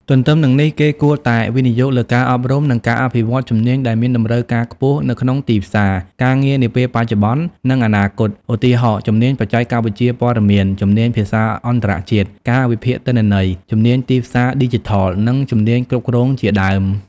ទទ្ទឹមនឹងនេះ គេគួរតែវិនិយោគលើការអប់រំ និងការអភិវឌ្ឍជំនាញដែលមានតម្រូវការខ្ពស់នៅក្នុងទីផ្សារការងារនាពេលបច្ចុប្បន្ន និងអនាគត ឧទាហរណ៍ ជំនាញបច្ចេកវិទ្យាព័ត៌មាន ជំនាញភាសាអន្តរជាតិ ការវិភាគទិន្នន័យ ជំនាញទីផ្សារឌីជីថល ឬជំនាញគ្រប់គ្រងជាដើម។